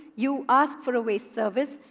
you ask for a waste service.